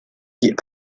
die